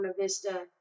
Vista